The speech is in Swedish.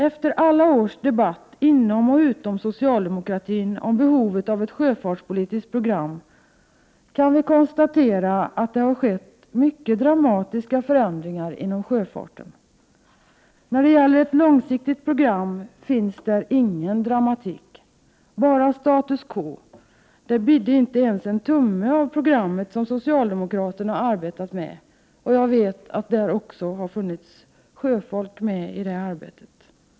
Efter alla års debatt inom och utom socialdemokratin om behovet av ett sjöfartspolitiskt program kan vi konstatera att det har skett mycket dramatiska förändringar inom sjöfarten. När det gäller ett långsiktigt program finns där ingen dramatik, bara status quo — det bidde inte ens en tumme av det program som socialdemokraterna arbetat med. Jag vet att sjöfolk varit engagerade i arbetet.